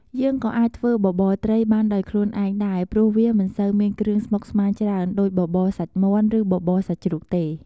យើងក៏អាចធ្វើបបរត្រីបានដោយខ្លូនឯងដែរព្រោះវាមិនសូវមានគ្រឿងស្មុកស្មាញច្រើនដូច បបរសាច់មាន់ ឬបបរសាច់ជ្រូកទេ។